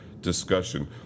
Discussion